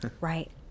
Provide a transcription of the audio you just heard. Right